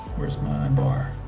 where's my bar,